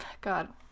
God